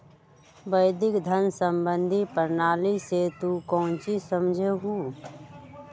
वैश्विक धन सम्बंधी प्रणाली से तू काउची समझा हुँ?